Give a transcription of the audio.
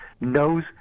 knows